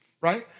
right